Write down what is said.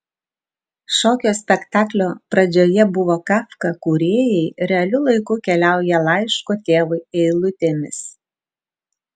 šokio spektaklio pradžioje buvo kafka kūrėjai realiu laiku keliauja laiško tėvui eilutėmis